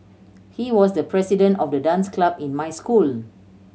he was the president of the dance club in my school